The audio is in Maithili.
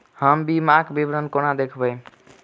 हम बीमाक विवरण कोना देखबै?